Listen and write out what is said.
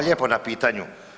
lijepo na pitanju.